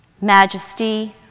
Majesty